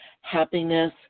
happiness